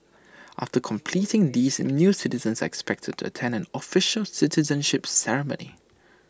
after completing these new citizens are expected to attend an official citizenship ceremony